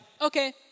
okay